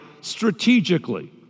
strategically